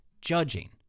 judging